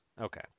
Okay